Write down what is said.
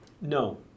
No